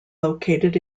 located